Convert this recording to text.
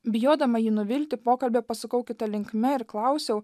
bijodama jį nuvilti pokalbį pasukau kita linkme ir klausiau